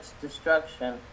destruction